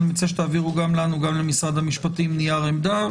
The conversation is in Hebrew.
אני מציע שתעבירו גם לנו וגם למשרד המשפטים נייר עמדה.